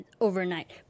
overnight